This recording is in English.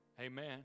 Amen